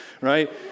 right